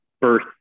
birth